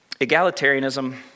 Egalitarianism